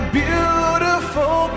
beautiful